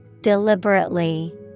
Deliberately